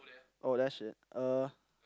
oh that shit uh